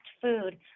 food